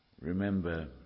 remember